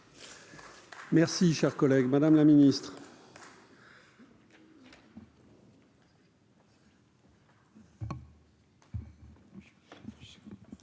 Merci, cher collègue, Madame la Ministre.